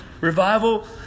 Revival